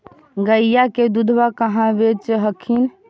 गईया के दूधबा कहा बेच हखिन?